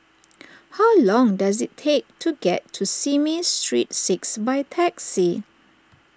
how long does it take to get to Simei Street six by taxi